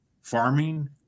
farming